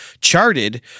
charted